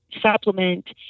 supplement